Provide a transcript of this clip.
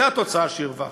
זו התוצאה שהרווחנו.